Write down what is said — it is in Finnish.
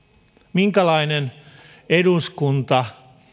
minkälainen eduskunta